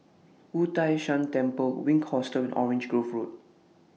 Wu Tai Shan Temple Wink Hostel Orange Grove Road